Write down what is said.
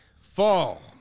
fall